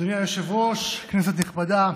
אדוני היושב-ראש, כנסת נכבדה,